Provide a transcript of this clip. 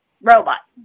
robot